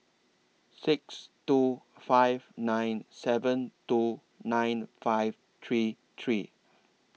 six two five nine seven two nine five three three